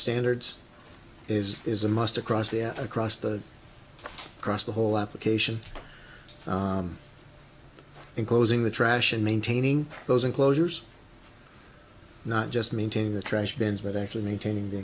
standards is is a must across the across the across the whole application in closing the trash and maintaining those enclosures not just maintaining the trash bins but actually maintaining the